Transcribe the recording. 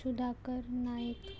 Sudhakar Naik